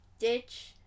Ditch